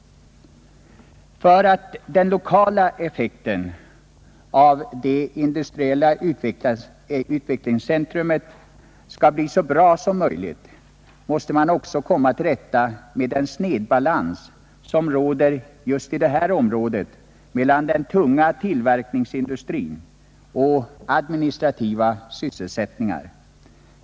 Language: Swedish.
För att den lokala effekten av detta industriella utvecklingscentrum skall bli den bästa möjliga måste man också komma till rätta med den snedbalans som just i detta område föreligger mellan den tunga tillverkningsindustrin och administrativa sysselsättningar.